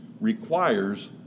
requires